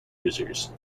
users